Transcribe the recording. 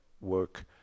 work